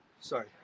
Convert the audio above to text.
sorry